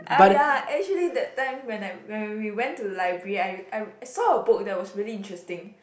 !aiya! actually that time when I when we went to library I I saw a book that was really interesting